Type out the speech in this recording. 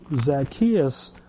Zacchaeus